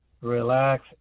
relax